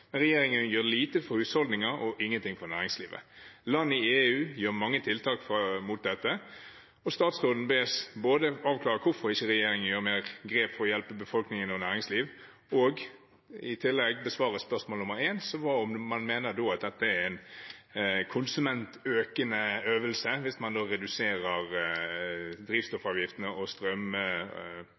men regjeringen gjør lite for husholdninger og ingenting for næringslivet. Land i EU gjør mange tiltak mot dette, og statsråden bes både om å avklare hvorfor ikke regjeringen tar flere grep for å hjelpe befolkning og næringsliv, og om å besvare spørsmålet om man mener at det er en konsumøkende øvelse hvis man reduserer drivstoffavgiftene og setter makspris på strøm